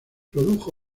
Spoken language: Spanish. produjo